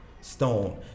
stone